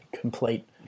complete